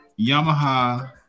Yamaha